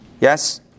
Yes